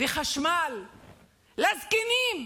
וחשמל לזקנים,